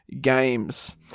games